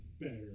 better